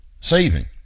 saving